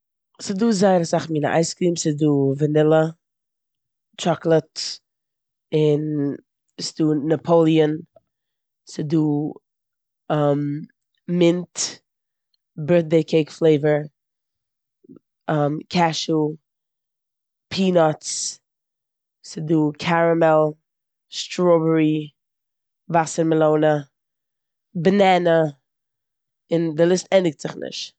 ס'דא זייער אסאך מינע אייס קריעם. ס'דא וואנילע, טשאקאלאד, און ס'דא נאפאליען, ס'דא מינט, בירטדעי קעיק פלעיוואר, קעשו, פינאטס, ס'דא קערעמעל, סטראבערי, וואסער מעלאנע, באנאנע, און די ליסט ענדיגט זיך נישט.